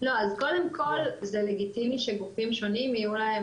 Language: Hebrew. קודם כל זה לגיטימי שגופים שונים יהיו להם